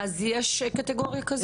אז יש קטגוריה כזאת?